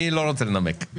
אני לא רוצה לנמק.